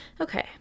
okay